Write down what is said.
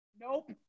Nope